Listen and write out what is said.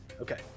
Okay